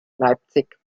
leipzig